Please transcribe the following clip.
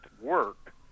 work